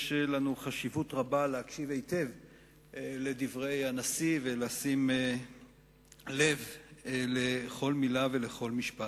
יש חשיבות רבה להקשיב היטב לדברי הנשיא ולשים לב לכל מלה ולכל משפט.